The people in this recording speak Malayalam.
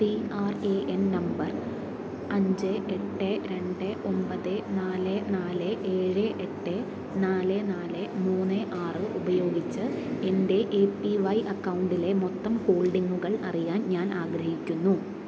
P R A N number അഞ്ച് എട്ട് രണ്ട് ഒമ്പത് നാലേ നാല് ഏഴ് എട്ട് നാല് നാല് മൂന്ന് ആറ് ഉപയോഗിച്ച് എന്റെ എ പി വൈ അക്കൗണ്ടിലെ മൊത്തം ഹോൾഡിംഗുകൾ അറിയാൻ ഞാൻ ആഗ്രഹിക്കുന്നു